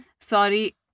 Sorry